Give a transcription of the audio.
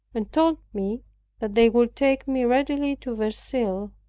and told me that they would take me readily to verceil,